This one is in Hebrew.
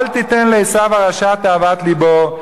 אל תיתן לעשיו הרשע תאוות לבו,